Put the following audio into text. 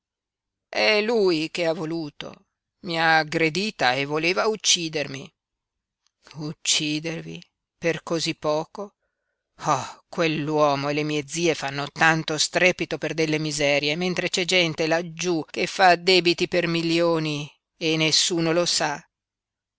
è lui che ha voluto i ha aggredita e voleva uccidermi uccidervi per cosí poco oh quell'uomo e le mie zie fanno tanto strepito per delle miserie mentre c'è gente laggiú che fa debiti per milioni e nessuno lo sa